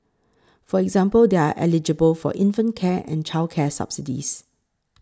for example they are eligible for infant care and childcare subsidies